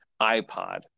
iPod